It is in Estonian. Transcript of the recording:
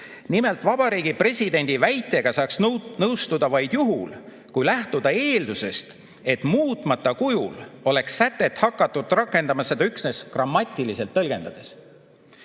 Nimelt, Vabariigi Presidendi väitega saaks nõustuda vaid juhul, kui lähtuda eeldusest, et muutmata kujul oleks sätet hakatud rakendama seda üksnes grammatiliselt tõlgendades.